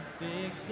fix